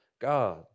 God